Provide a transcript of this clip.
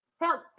Help